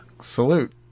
salute